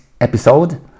episode